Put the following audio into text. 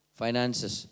finances